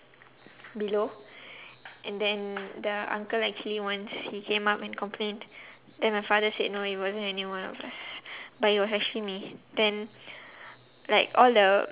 below and then the uncle actually once he came up and complained then my father said no it wasn't anyone but it was actually me then like all the